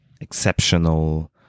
exceptional